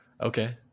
Okay